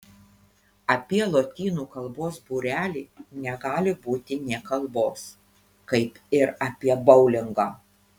apie lotynų kalbos būrelį negali būti nė kalbos kaip ir apie boulingo